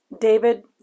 David